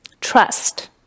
trust